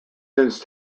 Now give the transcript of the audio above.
since